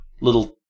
little